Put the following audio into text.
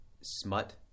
smut